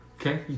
Okay